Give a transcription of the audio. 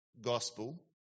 Gospel